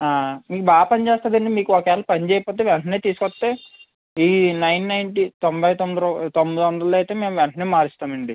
మీకు బాగా పనిచేస్తుందండి మీకు ఒకవేళ పనిచెయ్యకపోతే వెంటనే తీసుకొస్తే ఈ నైన్ నైంటీ తొంభై తొమ్మిది తొమ్మిది వందలదైతే మేము వెంటనే మారుస్తామండి